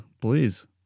please